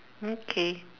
mm K